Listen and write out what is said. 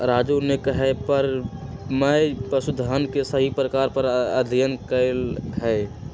राजू के कहे पर मैं पशुधन के सभी प्रकार पर अध्ययन कैलय हई